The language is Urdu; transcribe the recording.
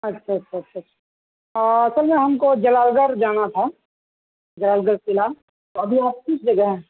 اچھا اچھا اچھا اچھا اصل میں ہم کو جلال گڑھ جانا تھا جلال گڑھ قلعہ تو ابھی آپ کس جگہ ہیں